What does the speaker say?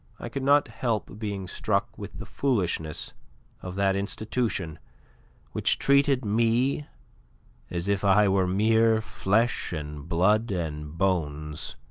i could not help being struck with the foolishness of that institution which treated me as if i were mere flesh and blood and bones,